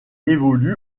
évolue